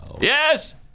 Yes